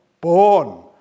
born